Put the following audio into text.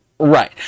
Right